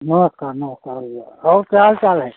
नमस्कार नमस्कार भैया और क्या हाल चाल हैं